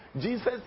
Jesus